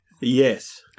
yes